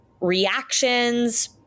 reactions